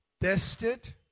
tested